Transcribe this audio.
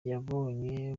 yabonye